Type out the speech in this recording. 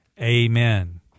Amen